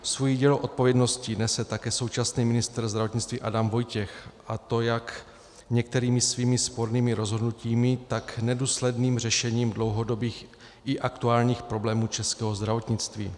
Svůj díl odpovědnosti nese také současný ministr zdravotnictví Adam Vojtěch, a to jak některými svými spornými rozhodnutími, tak nedůsledným řešením dlouhodobých i aktuálních problémů českého zdravotnictví.